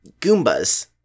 Goombas